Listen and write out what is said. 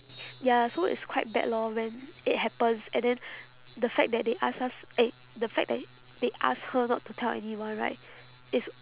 ya so it's quite bad lor when it happens and then the fact that they asked us eh the fact that they asked her not to tell anyone right is